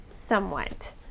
somewhat